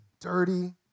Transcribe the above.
dirty